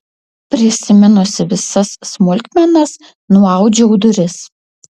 prisiminusi visas smulkmenas nuaudžiau duris